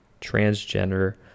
transgender